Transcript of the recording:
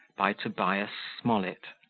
by tobias smollett